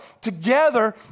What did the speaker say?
Together